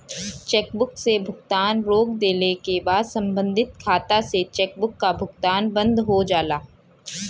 chequebook से भुगतान रोक देले क बाद सम्बंधित खाता से चेकबुक क भुगतान बंद हो जाला